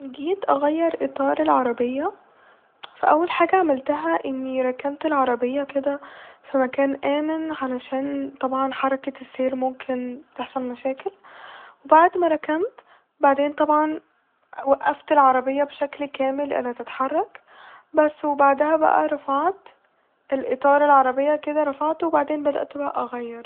جيت اغير اطار العربية فأول حاجة عملتها اني ركنت العربية كده ف مكان آمن علشان طبعا حركة السير ممكن تحصل مشاكل ، وبعد ما ركنت بعدين طبعا وقفت العربية بشكل كامل لتتحرك بس وبعدها بقى رفعت الاطار العربية كده رفعته وبعدين بدأت بقى اغير